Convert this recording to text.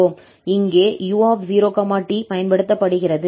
இங்கே 𝑢0𝑡 பயன்படுத்தப்படுகிறது